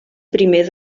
primer